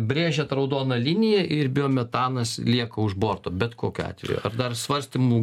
brėžiat raudoną liniją ir biometanas lieka už borto bet kokiu atveju ar dar svarstymų